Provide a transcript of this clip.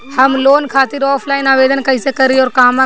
हम लोन खातिर ऑफलाइन आवेदन कइसे करि अउर कहवा करी?